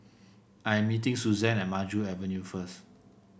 I am meeting Suzanne at Maju Avenue first